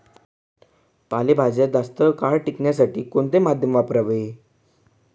पालेभाज्या जास्त काळ टिकवण्यासाठी कोणते माध्यम वापरावे?